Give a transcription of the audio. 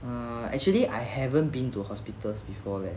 err actually I haven't been to hospitals before leh